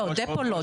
דפו לא.